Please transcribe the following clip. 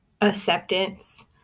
acceptance